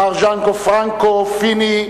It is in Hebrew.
מר ג'נפרנקו פיני,